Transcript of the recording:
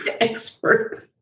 expert